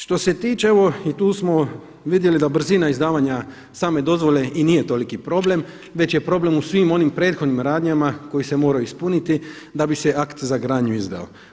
Što se tiče ovo i tu smo vidjeli da brzina izdavanja same dozvole i nije toliki problem, već je problem u svim onim prethodnim radnjama koji se moraju ispuniti da bi se akt za gradnju izdao.